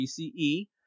PCE